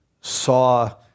saw